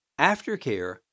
aftercare